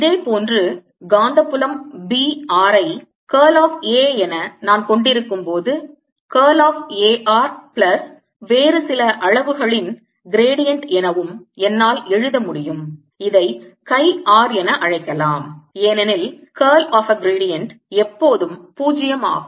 இதே போன்று காந்தப் புலம் B r ஐ curl of A என நான் கொண்டிருக்கும்போது curl of A r plus வேறு சில அளவுகளின் gradient எனவும் என்னால் எழுத முடியும் இதை chi r என அழைக்கலாம் ஏனெனில் curl of a gradient எப்போதும் 0 ஆகும்